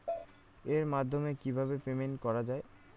এর মাধ্যমে কিভাবে পেমেন্ট করা য়ায়?